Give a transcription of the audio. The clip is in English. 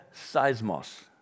seismos